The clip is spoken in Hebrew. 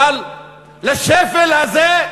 אבל לשפל הזה,